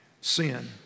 sin